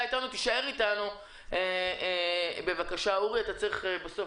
לי יש שתי חנויות, האחת בשדרות והשנייה